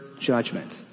judgment